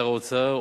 שר האוצר,